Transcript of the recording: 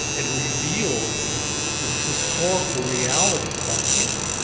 and revealed this historical reality called camp